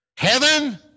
Heaven